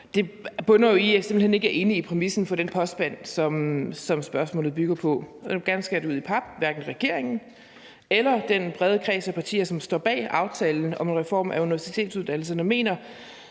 Det bunder jo i, at jeg simpelt hen ikke er enig i præmissen for den påstand, som spørgsmålet bygger på. Jeg vil gerne skære det ud i pap: Hverken regeringen eller den brede kreds af partier, som står bag aftalen om en reform af universitetsuddannelserne, mener,